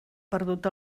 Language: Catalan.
perdut